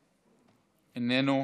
איננו.